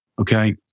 Okay